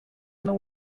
não